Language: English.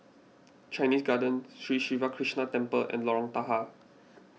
Chinese Garden Sri Siva Krishna Temple and Lorong Tahar